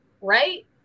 right